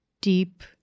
deep